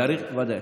ודאי.